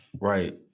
right